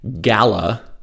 gala